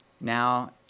Now